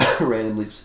randomly